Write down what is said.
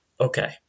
Okay